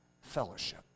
fellowship